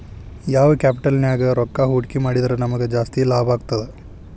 ಯಾವ್ ಕ್ಯಾಪಿಟಲ್ ನ್ಯಾಗ್ ರೊಕ್ಕಾ ಹೂಡ್ಕಿ ಮಾಡಿದ್ರ ನಮಗ್ ಜಾಸ್ತಿ ಲಾಭಾಗ್ತದ?